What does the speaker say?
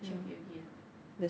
and check it again [what]